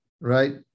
right